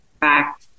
back